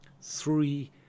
three